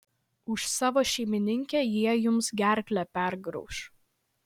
už savo šeimininkę jie jums gerklę pergrauš